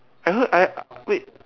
I heard I wait